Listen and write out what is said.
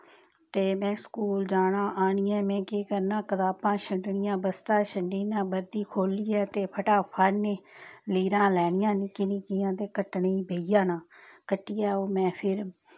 ते में स्कूल जाना ते आनियै में केह् करना कताबां छंडनियां बस्ता छंड्डी ना वर्दी खो'ल्लियै ते फटाफट नै लीरां लैनियां नि'क्की नि'क्कियां ते कटने बेही जाना कट्टियै ओह् में फिर